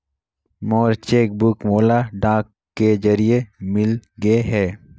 मोर cheque book मोला डाक के जरिए मिलगे हे